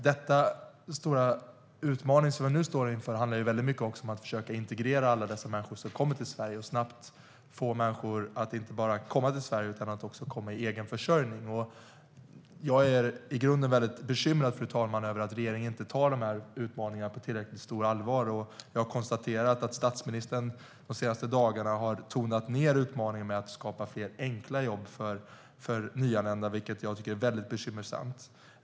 Den stora utmaning vi nu står inför handlar även väldigt mycket om att försöka integrera alla dessa människor som kommer till Sverige, att snabbt få människor att inte bara komma till Sverige utan också komma i egen försörjning. Jag är i grunden väldigt bekymrad, fru talman, över att regeringen inte tar dessa utmaningar på tillräckligt stort allvar. Jag har konstaterat att statsministern de senaste dagarna har tonat ned utmaningen med att skapa fler enkla jobb för nyanlända, vilket jag tycker är väldigt bekymmersamt.